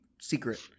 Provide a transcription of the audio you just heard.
secret